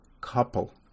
couple